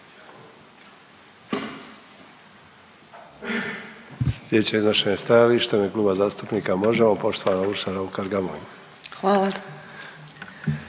Hvala